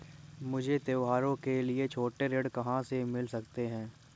मुझे त्योहारों के लिए छोटे ऋण कहाँ से मिल सकते हैं?